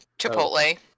chipotle